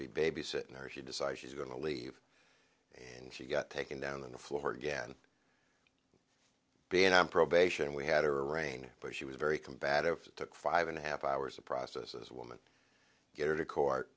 be babysitting or she decides she's going to leave and she got taken down on the floor again being on probation we had her reign but she was very combative it took five and a half hours a process as a woman get her to court